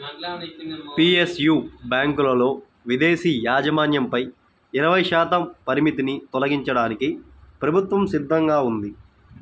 PSU బ్యాంకులలో విదేశీ యాజమాన్యంపై ఇరవై శాతం పరిమితిని తొలగించడానికి ప్రభుత్వం సిద్ధంగా ఉంది